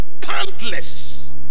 countless